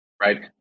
right